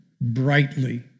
brightly